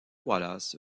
wallace